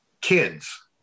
kids